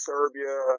Serbia